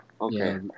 Okay